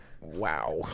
wow